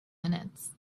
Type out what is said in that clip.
minutes